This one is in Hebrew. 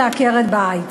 לעקרת-בית.